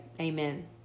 Amen